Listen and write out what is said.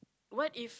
what if